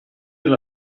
alla